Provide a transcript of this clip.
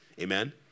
amen